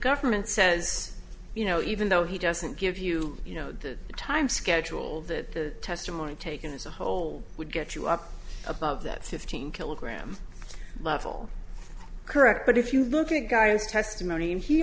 government says you know even though he doesn't give you you know the time schedule that the testimony taken as a whole would get you up above that fifteen kilogram level correct but if you look at guys testimony